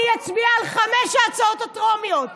שימי את